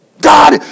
God